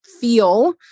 feel